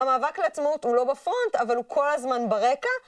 המאבק לעצמאות הוא לא בפרונט, אבל הוא כל הזמן ברקע.